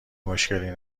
مشکلی